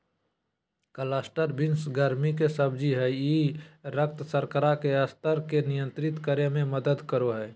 cluster beans गर्मि के सब्जी हइ ई रक्त शर्करा के स्तर के नियंत्रित करे में मदद करो हइ